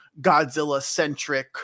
Godzilla-centric